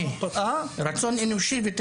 רצון אנושי וטבעי.